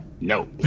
no